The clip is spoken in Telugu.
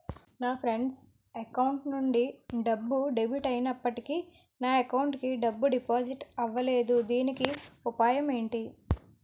నా ఫ్రెండ్ అకౌంట్ నుండి డబ్బు డెబిట్ అయినప్పటికీ నా అకౌంట్ కి డబ్బు డిపాజిట్ అవ్వలేదుదీనికి ఉపాయం ఎంటి?